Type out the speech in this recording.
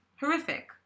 horrific